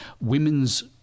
women's